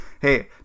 Hey